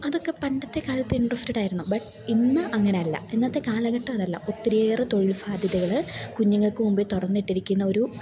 അതൊക്കെ പണ്ടത്തെ കാലത്ത് ഇൻട്രസ്റ്റഡായിരുന്നു ബട്ട് ഇന്ന് അങ്ങനെയല്ല ഇന്നത്തെ കാലഘട്ടം അതല്ല ഒത്തിരിയേറെ തൊഴിൽ സാധ്യതകൾ കുഞ്ഞുങ്ങൾക്ക് മുമ്പിൽ തുറന്നിട്ടിരിക്കുന്ന ഒരു